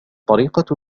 طريقة